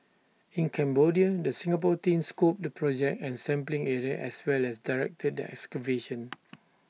in Cambodia the Singapore team scoped the project and sampling area as well as directed the excavation